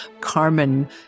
Carmen